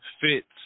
fits